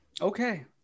okay